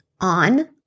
on